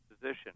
position